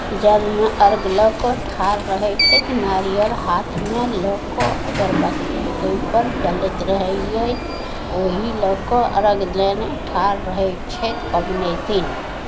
जलमे अर्घ्य लऽ कऽ ठाढ़ रहै छथि नारियर हाथमे लऽ कऽ अगरबत्ती ओहिपर जलैत रहै अछि ओहि लऽ कऽ अर्घ्य लेने ठाढ़ रहै छथि पबनैतिन